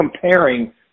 comparing